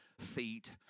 feet